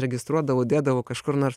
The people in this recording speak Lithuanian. registruodavau dėdavau kažkur nors